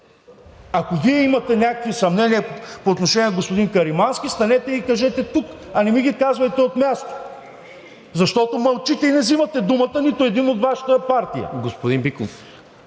Ако Вие имате някакви съмнения по отношение на господин Каримански, станете и кажете тук, а не ми ги казвайте от място. Защото мълчите и не взимате думата нито един от Вашата партия.